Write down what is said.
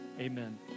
Amen